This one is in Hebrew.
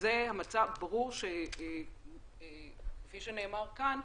ברור שכפי שנאמר כאן,